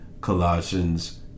Colossians